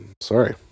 sorry